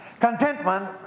Contentment